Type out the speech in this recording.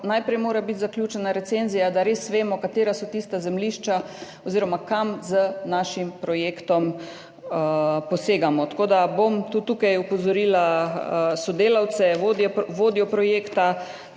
najprej mora biti zaključena recenzija, da res vemo, katera so tista zemljišča oziroma kam z našim projektom posegamo. Tako da bom tudi tukaj opozorila sodelavce, vodjo projekta,